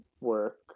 work